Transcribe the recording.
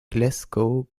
glasgow